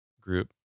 group